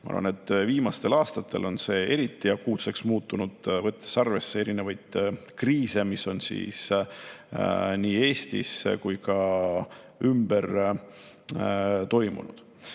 Ma arvan, et viimastel aastatel on see eriti akuutseks muutunud, võttes arvesse erinevaid kriise, mis on olnud nii Eestis kui ka mujal.